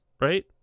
Right